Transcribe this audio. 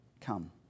come